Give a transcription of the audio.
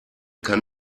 kann